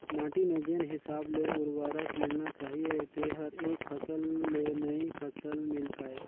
माटी में जेन हिसाब ले उरवरक मिलना चाहीए तेहर एक फसल ले नई फसल मिल पाय